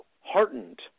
heartened